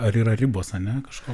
ar yra ribos ar ne kažko